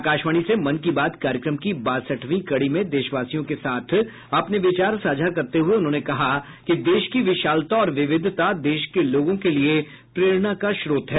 आकाशवाणी से मन की बात कार्यक्रम की बासठवीं कड़ी में देशवासियों के साथ अपने विचार साझा करते हुए उन्होंने कहा कि देश की विशालता और विविधता देश के लोगों के लिए प्रेरणा का स्रोत है